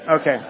Okay